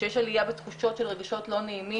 שיש עלייה של רגשות לא נעימים,